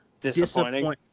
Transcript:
disappointing